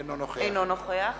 אינו נוכח